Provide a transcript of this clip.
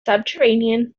subterranean